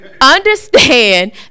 understand